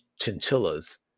chinchillas